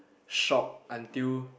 shocked until